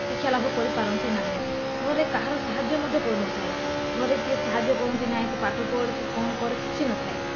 ଶିକ୍ଷାଲାଭ କରିପାରନ୍ତି ନାହିଁ ଘରେ କାହାର ସାହାଯ୍ୟ ମଧ୍ୟ କରୁନଥାଏ ଘରେ କିଏ ସାହାଯ୍ୟ କରନ୍ତି ନାହିଁ ତୁ ପାଠ ପଢ଼ ତୁ କ'ଣ କର କିଛି ନ ଥାଏ